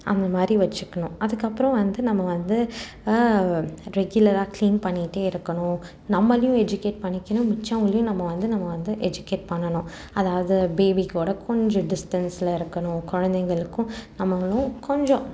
அந்த மாதிரி வெச்சுக்கணும் அதுக்கப்பறம் வந்து நம்ம வந்து ரெகுலராக கிளீன் பண்ணிகிட்டே இருக்கணும் நம்மளையும் எஜுகேட் பண்ணிக்கணும் மிச்சவங்களையும் நம்ம வந்து நம்ம வந்து எஜுகேட் பண்ணணும் அதாவது பேபிக்கோட கொஞ்சம் டிஸ்டன்ஸில் இருக்கணும் குழந்தைங்களுக்கும் நம்மங்களும் கொஞ்சம்